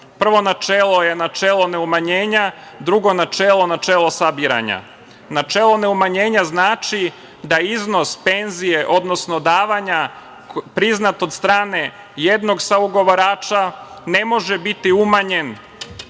Prvo načelo je načelo neumanjenja, drugo načelo načelo sabiranja. Načelo neumanjenja znači da iznos penzije, odnosno davanja priznata od strane jednog saugovarača ne može biti umanjeno